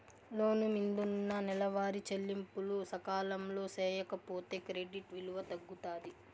లోను మిందున్న నెలవారీ చెల్లింపులు సకాలంలో సేయకపోతే క్రెడిట్ విలువ తగ్గుతాది